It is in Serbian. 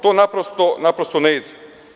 To naprosto ne ide.